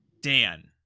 Dan